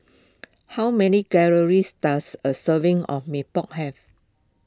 how many calories does a serving of Mee Pok have